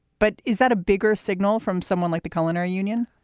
but is that a bigger signal from someone like the culinary union?